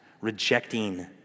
rejecting